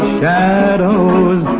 shadows